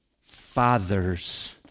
Fathers